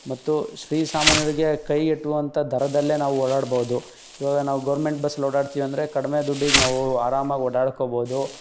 ಮತ್ತು ಶ್ರೀಸಾಮಾನ್ಯರಿಗೆ ಕೈಗೆಟುಕುವಂಥ ದರದಲ್ಲೇ ನಾವು ಓಡಾಡ್ಬೌದು ಇವಾಗ ನಾವು ಗೌರ್ಮೆಂಟ್ ಬಸ್ಸಲ್ಲಿ ಓಡಾಡ್ತೀವಿ ಅಂದರೆ ಕಡಿಮೆ ದುಡ್ಡಿಗೆ ನಾವು ಆರಾಮಾಗಿ ಓಡಾಡ್ಕೊಬೌದು